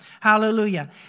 hallelujah